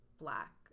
black